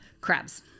Crabs